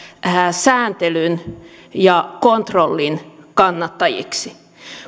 sääntelyn ja kontrollin kannattajiksi